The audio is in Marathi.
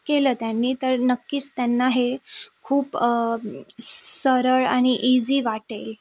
केलं त्यांनी तर नक्कीच त्यांना हे खूप सरळ आणि ईजी वाटेल